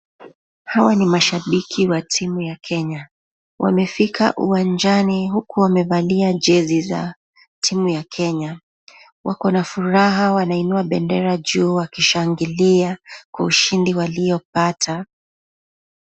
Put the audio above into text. Hawa ni mashabiki wa timu ya kenya, wamefika uwanjani huku wamevalia jezi za ya timu ya kenya, wako na furaha wanainua bendera juu wakishangilia kwa ushindi waliopata.